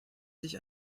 sich